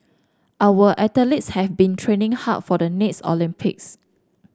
our athletes have been training hard for the next Olympics